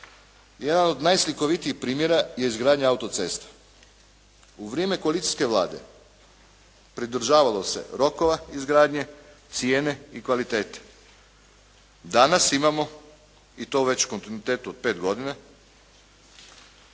Jedan od najslikovitijih primjera je izgradnja autocesta. U vrijeme koalicijske Vlade pridržavalo se rokova izgradnje, cijene i kvalitete. Danas imamo i to već u kontinuitetu od pet godina